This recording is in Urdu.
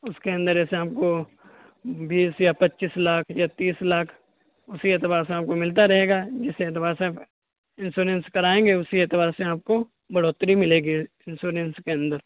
اس کے اندر ایسے ہم کو بیس یا پچیس لاکھ یا تیس لاکھ اسی اعتبار سے آپ کو ملتا رہے گا جس اعتبار سے آپ انسورینس کرائیں گے اسی اعتبار سے آپ کو بڑھوتری ملے گی انسورینس کے اندر